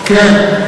כן.